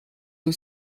due